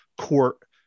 court